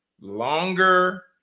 longer